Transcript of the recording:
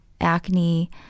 acne